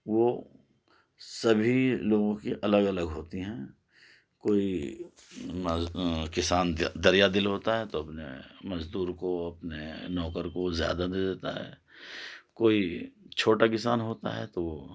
وہ سبھی لوگوں کی الگ الگ ہوتی ہیں کوئی کسان دریا دل ہوتا ہے تو اپنے مزدور کو اپنے نوکر کو زیادہ دے دیتا ہے کوئی چھوٹا کسان ہوتا ہے تو وہ